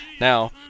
Now